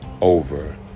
over